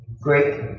great